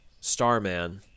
Starman